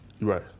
right